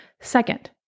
Second